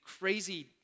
crazy